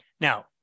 Now